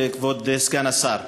כבוד סגן השר,